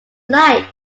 light